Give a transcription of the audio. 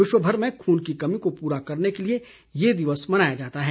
विश्वभर में खून की कमी को पूरा करने के लिए ये दिवस मनाया जाता है